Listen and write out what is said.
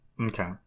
Okay